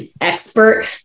expert